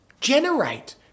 Generate